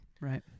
Right